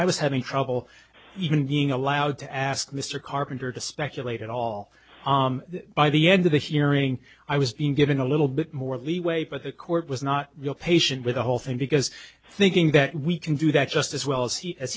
i was having trouble even being allowed to ask mr carpenter to speculate at all by the end of the hearing i was given a little bit more leeway but the court was not real patient with the whole thing because thinking that we can do that just as well as